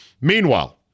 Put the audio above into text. Meanwhile